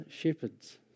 shepherds